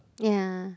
yeah